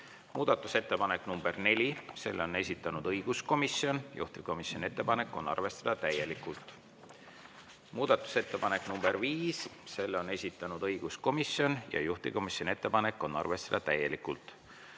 Muudatusettepanek nr 4, selle on esitanud õiguskomisjon, juhtivkomisjoni ettepanek on arvestada täielikult. Muudatusettepanek nr 5, selle on esitanud õiguskomisjon ja juhtivkomisjoni ettepanek on arvestada täielikult.